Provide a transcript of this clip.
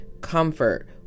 comfort